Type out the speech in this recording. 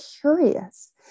curious